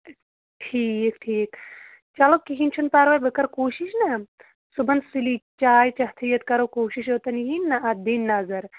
ٹھیٖک ٹھیٖک چلو کِہیٖنۍ چھُنہٕ پَرواے بہٕ کر کوٗشِش نا صُبحن سُلی چاے چٮ۪تھٕے یوت کَرو کوٗشِش اوٚتَن یِنۍ نہ اَتھ دِنۍ نَظر